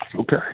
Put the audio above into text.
okay